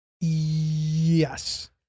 Yes